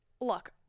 look